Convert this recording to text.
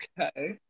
Okay